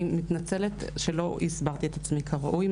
אני מתנצלת שלא הסברתי את עצמי כראוי.